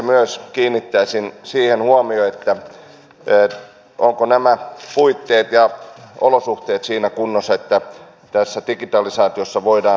myös itse kiinnittäisin siihen huomiota ovatko nämä puitteet ja olosuhteet siinä kunnossa että tässä digitalisaatiossa voidaan edetä